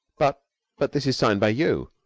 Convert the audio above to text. but but this is signed by you,